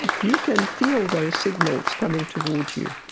ah you can feel those signals coming towards you,